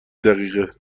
دقیقه